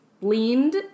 leaned